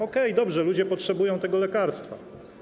Okej, dobrze, ludzie potrzebują tego lekarstwa.